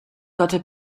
gotta